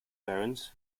parents